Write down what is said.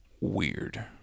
weird